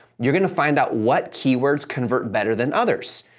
you're gonna find out what keywords convert better than others,